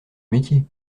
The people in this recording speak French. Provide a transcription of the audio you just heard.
métier